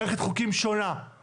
מערכת חוקים שונה,